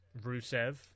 Rusev